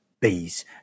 bees